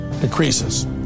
decreases